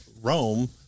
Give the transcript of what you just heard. Rome